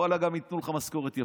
ואללה, גם ייתנו לך משכורת יפה.